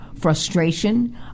frustration